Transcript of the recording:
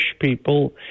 people